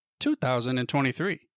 2023